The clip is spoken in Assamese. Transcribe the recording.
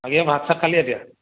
বাকী ভাত চাত খালি এ